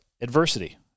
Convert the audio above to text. adversity